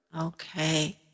Okay